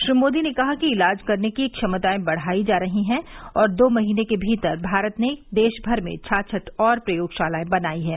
श्री मोदी ने कहा कि इलाज करने की क्षमताएं बढ़ाई जा रही हैं और दो महीने के भीतर भारत ने देश भर में छाछठ और प्रयोगशालाएं बनाई है